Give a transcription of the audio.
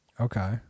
Okay